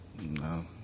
No